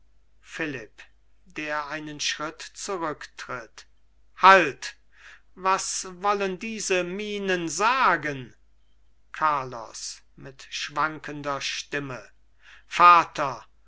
philipp der einen schritt zurücktritt halt was wollen diese mienen sagen carlos mit schwankender stimme vater